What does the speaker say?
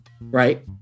right